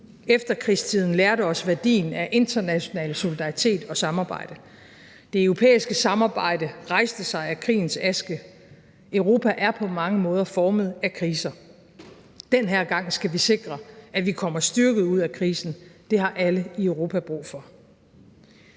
Efterkrigstiden lærte os værdien af international solidaritet og samarbejde. Det europæiske samarbejde rejste sig af krigens aske; Europa er på mange måder formet af kriser. Den her gang skal vi sikre, at vi kommer styrket ud af krisen – det har alle i Europa brug for.